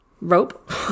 rope